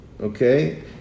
Okay